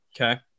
Okay